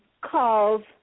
calls